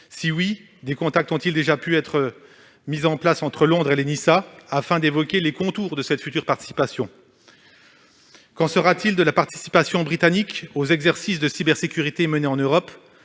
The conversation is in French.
échéant, des contacts ont-ils déjà pu être mis en place entre Londres et l'Enisa, afin d'évoquer les contours de cette future participation ? Qu'en sera-t-il de la participation britannique aux exercices de cybersécurité menés en Europe,